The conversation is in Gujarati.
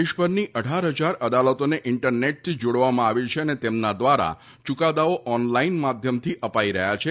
દેશભરની અઢાર હજાર અદાલતોને ઇન્ટરનેટથી જોડવામાં આવી છે અને તેમના દ્વારા ચુકાદાઓ ઓનલાઇન માધ્યમથી અપાઇ રહ્યાં છે